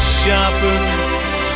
shoppers